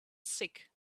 sick